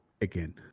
again